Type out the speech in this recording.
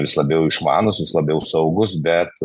vis labiau išmanūs vis labiau saugūs bet